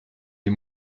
des